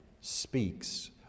speaks